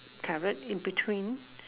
carrot in between